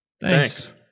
Thanks